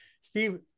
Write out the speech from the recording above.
Steve